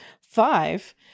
five